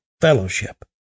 fellowship